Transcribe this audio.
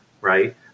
right